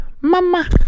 mama